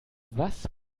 was